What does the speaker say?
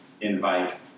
invite